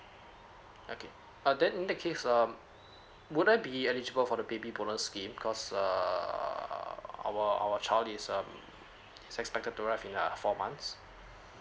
okay uh then in that case um would I be eligible for the baby bonus scheme cause err our our child is um expected to arrive in uh four months